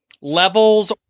levels